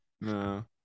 No